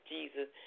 Jesus